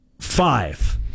five